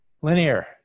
linear